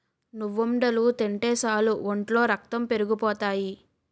నువ్వుండలు తింటే సాలు ఒంట్లో రక్తం పెరిగిపోతాయి